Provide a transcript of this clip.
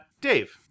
Dave